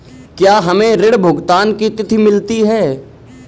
क्या हमें ऋण भुगतान की तिथि मिलती है?